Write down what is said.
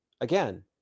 again